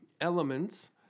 elements